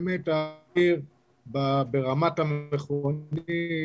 באמת --- ברמת המכונית